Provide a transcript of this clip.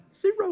zero